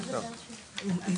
נכון.